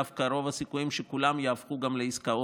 דווקא רוב הסיכויים שכולם גם יהפכו לעסקאות.